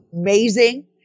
Amazing